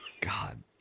God